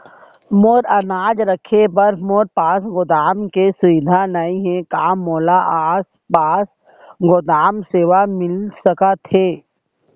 मोर अनाज रखे बर मोर पास गोदाम के सुविधा नई हे का मोला आसान पास गोदाम सेवा मिलिस सकथे?